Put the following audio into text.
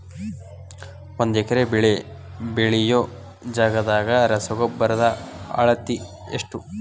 ಒಂದ್ ಎಕರೆ ಬೆಳೆ ಬೆಳಿಯೋ ಜಗದಾಗ ರಸಗೊಬ್ಬರದ ಅಳತಿ ಎಷ್ಟು?